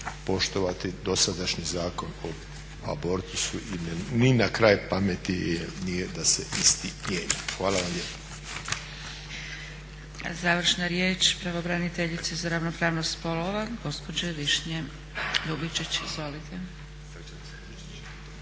poštovati dosadašnji Zakon o abortusu i ni na kraju pameti joj nije da se isti mijenja. Hvala vam lijepa.